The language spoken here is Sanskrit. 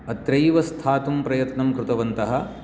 अत्रैव स्थातुं प्रयत्नं कृतवन्तः